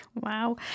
Wow